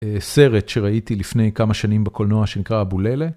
סרט שראיתי לפני כמה שנים בקולנוע שנקרא אבוללה.